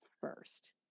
first